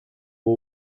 буу